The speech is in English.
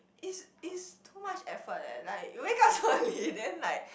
is is too much effort eh like you wake up so early then like